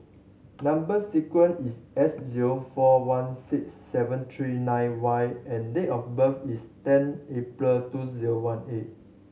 number sequence is S zero four one six seven three nine Y and date of birth is ten April two zero one eight